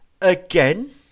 Again